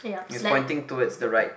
he's pointing towards the right